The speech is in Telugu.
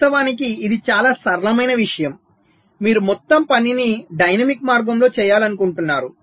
వాస్తవానికి ఇది చాలా సరళమైన విషయం మీరు మొత్తం పనిని డైనమిక్ మార్గంలో చేయాలనుకుంటున్నారు